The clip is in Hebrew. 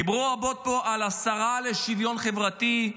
דיברו רבות פה על השרה לשוויון חברתי.